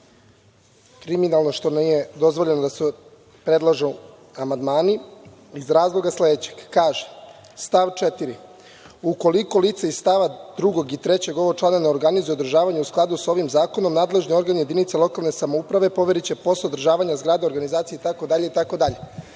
kriminalno što nije dozvoljeno da se predlažu amandmani iz sledećeg razloga. Stav 4. kaže: „ukoliko lice iz stavova 2. i 3. ovog člana ne organizuje održavanje u skladu sa ovim zakonom, nadležni organ jedinice lokalne samouprave poveriće posao održavanja zgrade organizaciji itd.“Kada